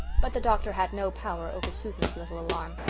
but the doctor had no power over susan's little alarm.